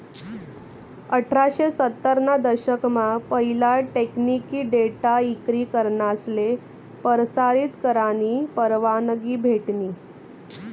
अठराशे सत्तर ना दशक मा पहिला टेकनिकी डेटा इक्री करनासले परसारीत करानी परवानगी भेटनी